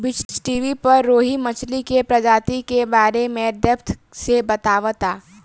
बीज़टीवी पर रोहु मछली के प्रजाति के बारे में डेप्थ से बतावता